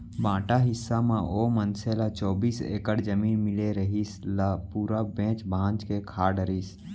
बांटा हिस्सा म ओ मनसे ल चौबीस एकड़ जमीन मिले रिहिस, ल पूरा बेंच भांज के खा डरिस